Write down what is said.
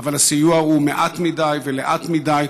אבל הסיוע הוא מעט מדי ולאט מדי,